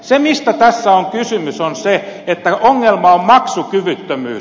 se mistä tässä on kysymys on se että ongelma on maksukyvyttömyys